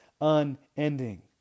unending